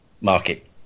market